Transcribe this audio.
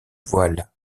voile